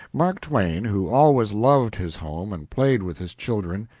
mark twain, who always loved his home and played with his children,